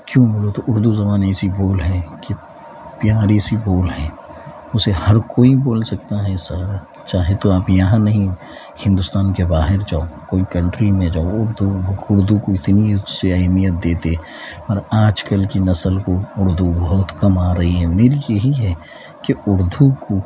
کیوں بولے تو اردو زبان ایسی بول ہیں کہ پیاری سی بول ہیں اسے ہر کوئی بول سکتا ہیں سر چاہے تو آپ یہاں نہیں ہندوستان کے باہر جاؤ کوئی کنٹری میں رہو تو اردو کو اتنی اچھی اہمیت دیتے اور آج کل کی نسل کو اردو بہت کم آ رہی ہے یہی ہے کہ اردو کو